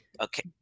Okay